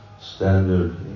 standard